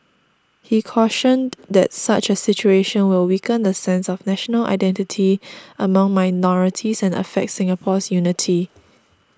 he cautioned that such a situation will weaken the sense of national identity among minorities and affect Singapore's unity